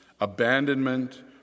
abandonment